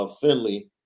Finley